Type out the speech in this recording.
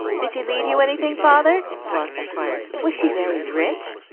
did she leave you anything, father? floss inquired. was she very rich?